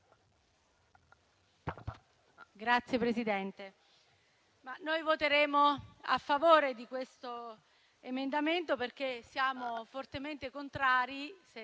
Signor Presidente, noi voteremo a favore di questo emendamento perché siamo fortemente contrari, se